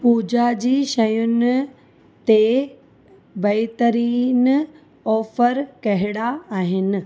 पूॼा जी शयुनि ते बहितरीन ऑफर कहिड़ा आहिनि